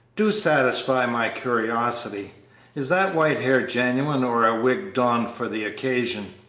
do satisfy my curiosity is that white hair genuine or a wig donned for the occasion?